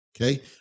Okay